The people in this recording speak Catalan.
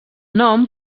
nom